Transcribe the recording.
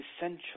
essential